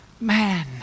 man